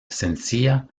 sencilla